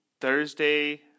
Thursday